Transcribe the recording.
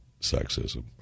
sexism